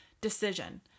decision